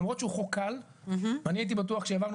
למרות שהוא חוק קל ואני הייתי בטוח שהעברנו